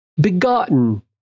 begotten